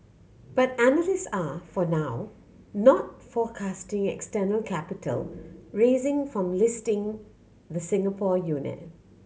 but analysts are for now not forecasting external capital raising from listing the Singapore unit